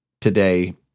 today